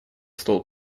стол